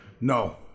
No